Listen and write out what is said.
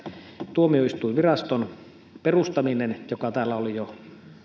tuomioistuinviraston perustaminen joka täällä oli jo